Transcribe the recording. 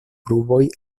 pruvoj